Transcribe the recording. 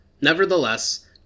Nevertheless